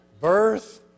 Birth